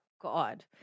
God